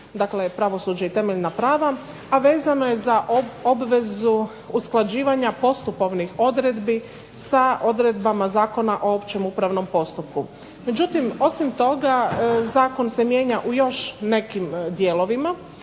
Dakle, pravosuđe i temeljna prava, a vezano je za obvezu usklađivanja postupovnih odredbi sa odredbama Zakona o općem upravnom postupku. Međutim, osim toga zakon se mijenja u još nekim dijelovima